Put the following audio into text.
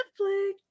Netflix